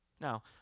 Now